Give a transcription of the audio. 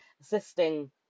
assisting